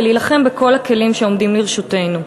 ולהילחם בכל הכלים שעומדים לרשותנו.